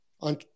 on